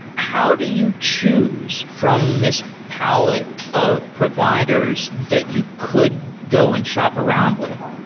how do you choose from this palette of providers that you could go and shop around with?